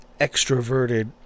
extroverted